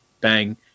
bang